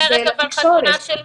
אבל את לא אומרת חתונה של מי.